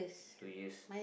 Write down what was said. two years